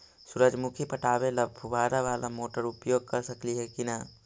सुरजमुखी पटावे ल फुबारा बाला मोटर उपयोग कर सकली हे की न?